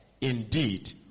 indeed